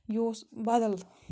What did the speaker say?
یہِ اوس بَدل